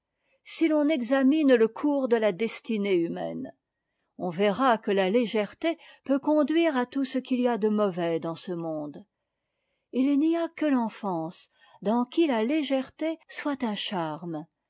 si l'on examine le cours de la destinée humaine on verra que la légèreté peut conduire à tout ce qu'il y a de mauvais dans ce monde il n'y a que l'enfance dans qui la légèreté soit un charme